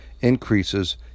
increases